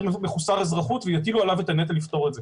מחוסר אזרחות ויטילו עליו את הנטל לפתור את זה.